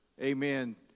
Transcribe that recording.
Amen